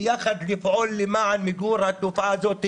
לפעול למען מיגור התופעה הזאת,